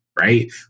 right